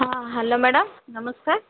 ହଁ hello madam ନମସ୍କାର